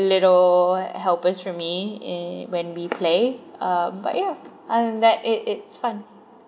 little helpers for me in when we play uh but yeah and that it it's fun